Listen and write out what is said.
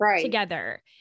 together